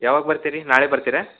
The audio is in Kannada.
ಯಾವಾಗ ಬರ್ತಿರ ರೀ ನಾಳೆ ಬರ್ತಿರಾ